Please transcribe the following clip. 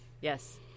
Yes